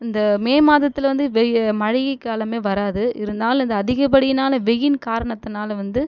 இந்த மே மாதத்தில் வந்து வெயி மழைக்காலமே வராது இருந்தாலும் இந்த அதிகப்படியினால் வெயில் காரணத்தினால வந்து